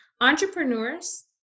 entrepreneurs